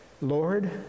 Lord